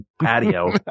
patio